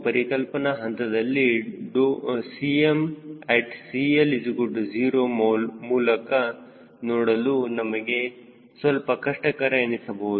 ಪರಿಕಲ್ಪನಾ ಹಂತದಲ್ಲಿ 𝐶matCLO ಮೂಲಕ ನೋಡಲು ನಿಮಗೆ ಸ್ವಲ್ಪ ಕಷ್ಟಕರ ಎನಿಸಬಹುದು